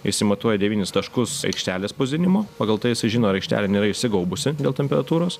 išsimatuoja devynis taškus aikštelės spausdinimo pagal tai jisai žino ar aikštelė nėra išsigaubusi dėl temperatūros